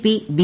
P B